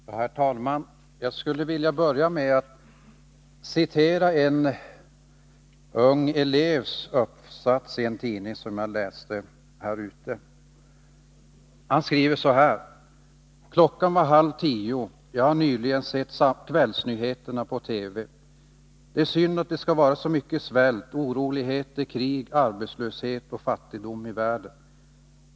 Herr talman! Jag skulle vilja börja med att läsa ur en ung elevs uppsats som är hämtad från en tidning som jag har läst. Han skriver så här: ”Klockan var halv tio, jag hade nyligen sett kvällsnyheterna på TV. Det är synd att det skall vara så mycket svält, oroligheter, krig, arbetslöshet och fattigdom i världen.